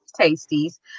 Tasties